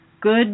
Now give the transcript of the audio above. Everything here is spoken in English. good